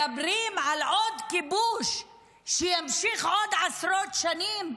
מדברים על עוד כיבוש שיימשך עוד עשרות שנים.